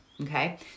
okay